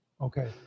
Okay